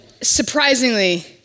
surprisingly